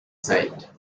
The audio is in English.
site